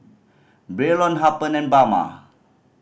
Braylon Harper and Bama